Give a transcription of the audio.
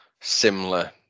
similar